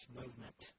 movement